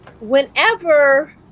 whenever